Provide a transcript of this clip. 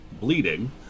bleeding